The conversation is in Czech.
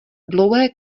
dlouhé